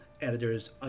editors